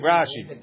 Rashi